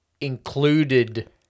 included